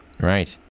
Right